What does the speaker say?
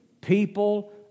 people